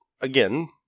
again